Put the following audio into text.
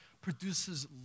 produces